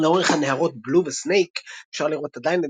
לאורך הנהרות בלו וסנייק אפשר לראות עדיין את